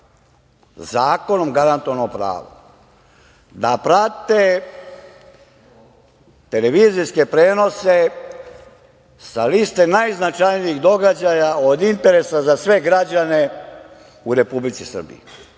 zakonom garantovano pravo da prate televizijske prenose sa liste najznačajnijih događaja od interesa za sve građane u Republici Srbiji.